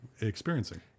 experiencing